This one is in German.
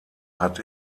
hat